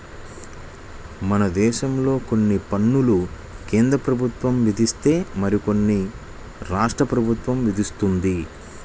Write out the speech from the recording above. మనదేశంలో కొన్ని పన్నులు కేంద్రప్రభుత్వం విధిస్తే మరికొన్ని రాష్ట్ర ప్రభుత్వం విధిత్తది